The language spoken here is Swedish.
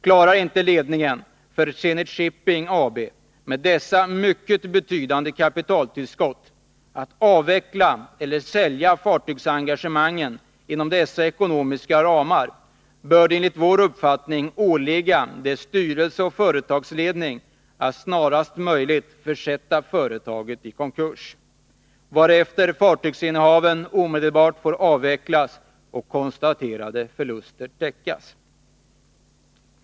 Klarar inte ledningen på Zenit Shipping AB med dess mycket betydande kapitaltillskott att avveckla eller sälja fartygsengagemangen inom dessa ekonomiska ramar, bör det enligt vår uppfattning åligga dess styrelse och företagsledning att snarast möjligt försätta företaget i konkurs, varefter fartygsinnehaven omedelbart får avvecklas och konstaterade förluster täckas.